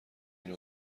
این